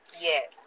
Yes